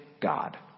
God